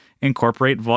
incorporate